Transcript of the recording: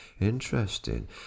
interesting